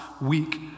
week